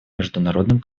международным